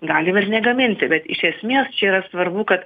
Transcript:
galim ir negaminti bet iš esmės čia yra svarbu kad